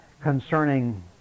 concerning